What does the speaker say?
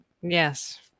Yes